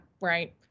Right